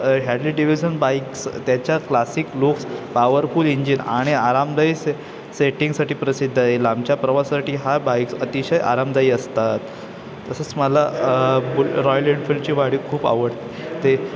Hadley Davidson bikes त्याच्या classic looks powerful engine आणि आरामदायी से सेटिंगसाठी प्रसिद्ध येईल आमच्या प्रवासाठी हा बाईक्स अतिशय आरामदायी असतात तसंच मला बुल रॉयल एनफिल्डची गाडी खूप आवडते ते